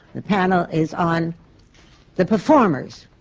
the panel is on the performers,